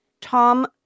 Tom